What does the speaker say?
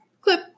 clip